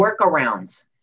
workarounds